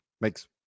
Makes